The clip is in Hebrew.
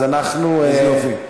אז אנחנו,